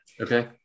Okay